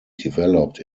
developed